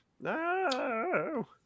No